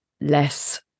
less